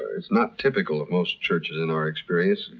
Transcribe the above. it's not typical of most churches in our experience.